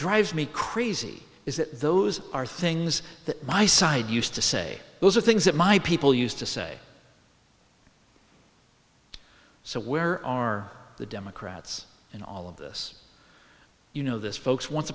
drives me crazy is that those are things that my side used to say those are things that my people used to say so where are the democrats in all of this you know this folks once